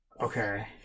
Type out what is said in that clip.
Okay